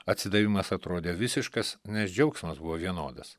atsidavimas atrodė visiškas nes džiaugsmas buvo vienodas